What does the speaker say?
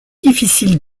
difficile